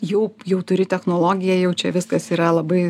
jau jau turi technologiją jau čia viskas yra labai